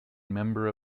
member